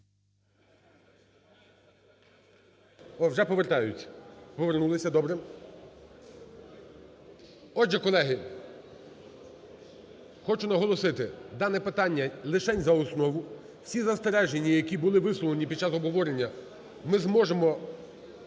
О, вже повертаються. Повернулися. Добре. Отже, колеги, хочу наголосити, дане питання лишень за основу. Всі застереження, які були висловлені під час обговорення, ми зможемо